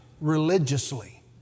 Religiously